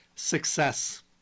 success